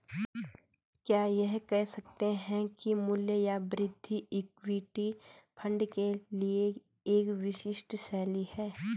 क्या यह कह सकते हैं कि मूल्य या वृद्धि इक्विटी फंड के लिए एक विशिष्ट शैली है?